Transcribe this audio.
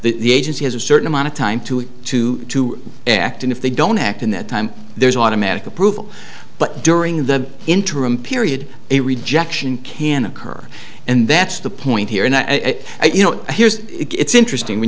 the agency has a certain amount of time to it to act and if they don't act in that time there's an automatic approval but during the interim period a rejection can occur and that's the point here and i you know here's it's interesting when